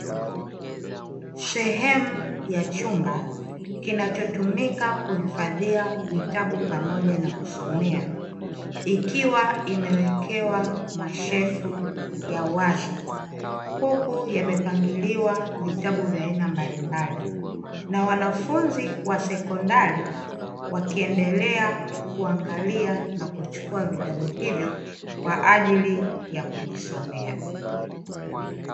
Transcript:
Sehemu ya chumba kinachotumika kuhifadhia vitabu pamoja na kusomea, ikiwa imewekewa mashelfu ya wazi, huku yamepangiliwa vitabu vya aina mbali mbali na Wanafunzi wa sekondari wakiendelea kuangalia na kuchukua vitabu hivyo, kwa ajili ya kujisomea.